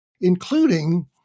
including